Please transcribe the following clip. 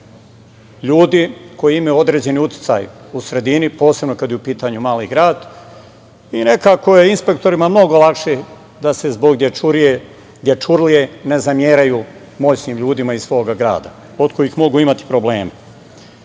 ljudi koji imaju određeni uticaj u sredini, posebno kada je u pitanju mali grad i nekako je inspektorima mnogo lakše da se zbog dečurlije ne zameraju moćnim ljudima iz svog grada od kojih mogu imati probleme. Ovaj